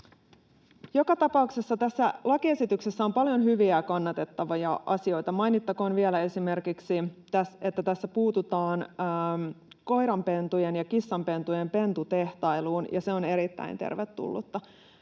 Joka tapauksessa tässä lakiesityksessä on paljon hyviä ja kannatettavia asioita. Mainittakoon vielä esimerkiksi, että tässä puututaan koiranpentujen ja kissanpentujen pentutehtailuun, ja se on erittäin tervetullutta.